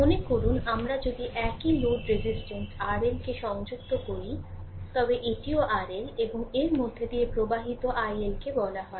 মনে করুন আমরা যদি একই লোড রেজিস্ট্যান্স RLকে সংযুক্ত করি তবে এটিও RL এবং এর মধ্য দিয়ে প্রবাহিত ILকে বলা হয়